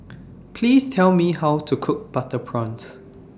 Please Tell Me How to Cook Butter Prawns